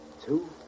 two